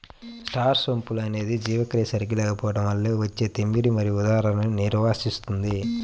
star సోంపు అనేది జీర్ణక్రియ సరిగా లేకపోవడం వల్ల వచ్చే తిమ్మిరి మరియు ఉదరాలను నివారిస్తుంది